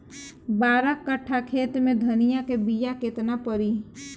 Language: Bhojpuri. बारह कट्ठाखेत में धनिया के बीया केतना परी?